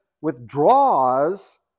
withdraws